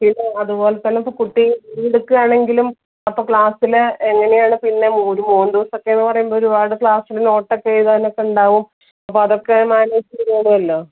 പിന്നെ അതുപോലെതന്നെ ഇപ്പോൾ കുട്ടി ലീവെടുക്കുകയാണെങ്കിലും അപ്പോൾ ക്ലാസ്സിൽ എങ്ങനെയാണ് പിന്നെ ഒരു മൂന്നുദിവസമൊക്കെയെന്നുപറയുമ്പോൾ ഒരുപാട് ക്ലാസ്സിൽ നോട്ടൊക്കെ എഴുതാനൊക്കെയുണ്ടാകും അപ്പോൾ അതൊക്കെ മാനേജ് ചെയ്തോളുമല്ലോ